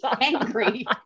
angry